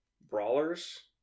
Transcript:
Brawlers